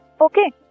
Okay